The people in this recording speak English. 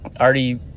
already